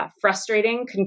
Frustrating